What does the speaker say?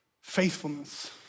faithfulness